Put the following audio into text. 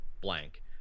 blank